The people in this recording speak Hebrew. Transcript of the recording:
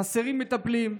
חסרים מטפלים,